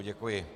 Děkuji.